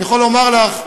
אני יכול לומר לך,